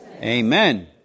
Amen